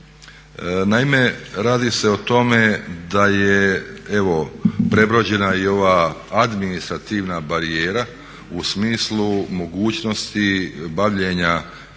Naime, radi se o tome da je evo prebrođena i ova administrativna barijera u smislu mogućnosti bavljenja